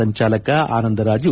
ಸಂಚಾಲಕ ಆನಂದರಾಜು